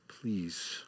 please